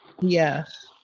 Yes